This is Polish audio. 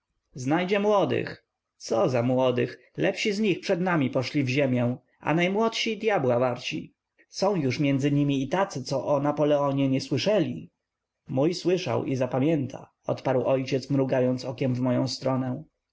znajdzie młodych co za młodych lepsi z nich przed nami poszli w ziemię a najmłodsi djabła warci już są między nimi i tacy co o napoleonie nie słyszeli mój słyszał i zapamięta odparł ojciec mrugając okiem w moję stronę